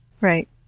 Right